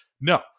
No